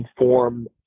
inform